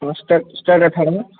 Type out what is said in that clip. ହଁ ଷ୍ଟ୍ରେଟ୍ ଷ୍ଟ୍ରେଟ୍ରେ ଠିଆଡ଼ ହୋ